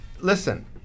Listen